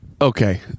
okay